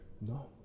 No